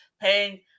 paying